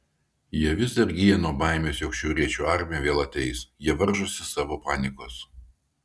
jie vis dar gyja nuo baimės jog šiauriečių armija vėl ateis jie varžosi savo panikos